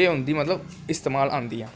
एह् होंदी मतलव इस्तेमाल आंदियां